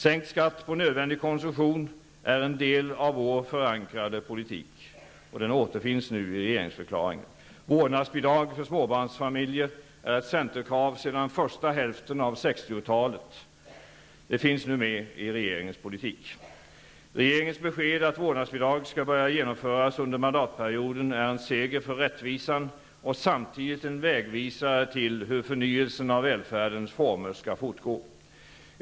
Sänkt skatt på nödvändig konsumtion är en del av vår förankrade politik. Den återfinns nu i regeringsförklaringen. Vårdnadsbidrag för småbarnsfamiljer är ett centerkrav sedan första hälften av 60-talet. Det finns nu med i regeringens politik. Regeringens besked att vårdnadsbidrag skall börja genomföras under mandatperioden är en seger för rättvisan -- och samtidigt en vägvisare till hur förnyelsen av välfärdens former skall fortgå.